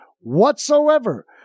whatsoever